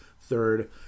third